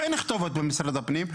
אין כתובת במשרד הפנים.